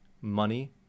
money